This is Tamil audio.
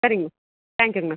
சரிங்க மேம் தேங்க்யூங்க மேம்